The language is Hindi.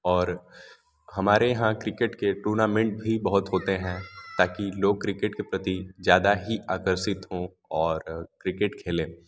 और हमारे यहाँ क्रिकेट के टूर्नामेंट भी बहुत होते हैं ताकि लोग क्रिकेट के प्रति ज़्यादा ही आकर्षित हों और क्रिकेट खेलें